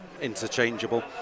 interchangeable